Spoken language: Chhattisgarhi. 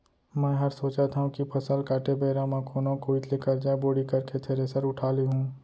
मैं हर सोचत हँव कि फसल काटे बेरा म कोनो कोइत ले करजा बोड़ी करके थेरेसर उठा लेहूँ